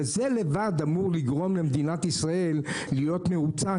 וזה לבד אמור לגרום למדינת ישראל להיות מרוצה,